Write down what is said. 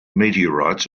meteorites